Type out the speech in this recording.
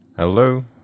Hello